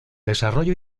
desarrollo